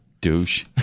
Douche